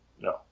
No